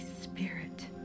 Spirit